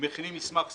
מכינים מסמך סביבתי.